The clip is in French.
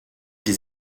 des